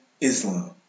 Islam